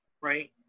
right